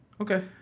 Okay